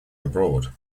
abroad